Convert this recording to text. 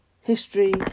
History